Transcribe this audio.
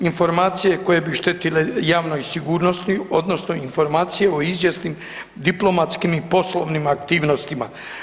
Informacije koje bi štetile javnoj sigurnosti odnosno informacije o izvjesnim diplomatskim i poslovnim aktivnostima.